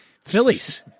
Phillies